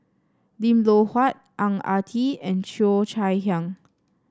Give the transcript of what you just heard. Lim Loh Huat Ang Ah Tee and Cheo Chai Hiang